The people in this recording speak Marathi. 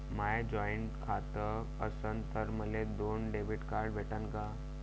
माय जॉईंट खातं असन तर मले दोन डेबिट कार्ड भेटन का?